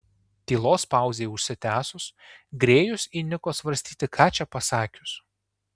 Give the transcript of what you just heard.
tylos pauzei užsitęsus grėjus įniko svarstyti ką čia pasakius